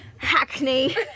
hackney